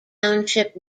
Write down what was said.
township